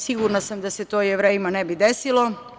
Sigurna sam da se to Jevrejima ne bi desilo.